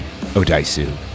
Odaisu